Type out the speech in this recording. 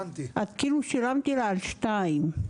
כאילו, שילמתי לה על שתיים.